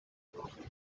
blocking